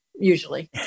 usually